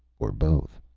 or both?